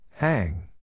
Hang